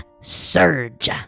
surge